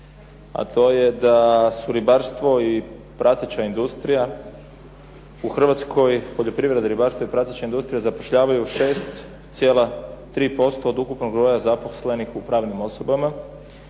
a to je da su ribarstvo i prateća industrija, u Hrvatskoj poljoprivreda, ribarstvo i prateća industrija zapošljavaju 6,3% od ukupnog broja zaposlenih u pravnim osobama.